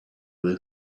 was